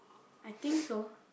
I think so